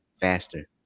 faster